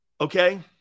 Okay